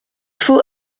faut